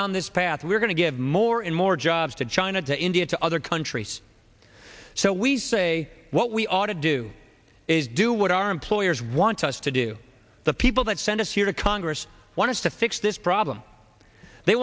down this path we're going to give more and more jobs to china to india to other countries so we say what we ought to do is do what our employers want us to do the people that sent us here to congress want to fix this problem they